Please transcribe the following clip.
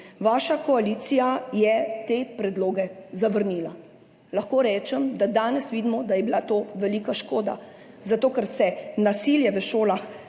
Vaša koalicija je te predloge zavrnila. Lahko rečem, da danes vidimo, da je bila to velika škoda, zato ker se nasilje v šolah